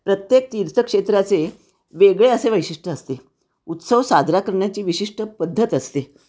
प्रत्येक तीर्थक्षेत्राचे वेगळे असे वैशिष्ट असते उत्सव साजरा करण्याची विशिष्ट पद्धत असते